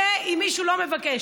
מילא אם מישהו לא מבקש.